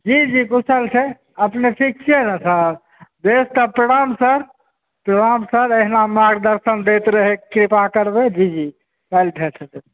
जी जी कुशल छै अपने ठीक छियै ने सर बेस तऽ प्रणाम सर अहिना मार्गदर्शन दैत रहैके कृपा करबै जी जी काल्हि भेंट हेतै